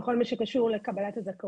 בכל מה שקשור לקבלת הזכאות.